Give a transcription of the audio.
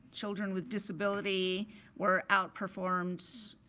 children with disability were outperformed,